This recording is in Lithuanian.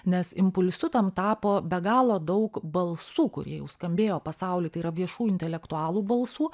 nes impulsu tam tapo be galo daug balsų kurie jau skambėjo pasauly tai yra viešų intelektualų balsų